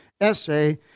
essay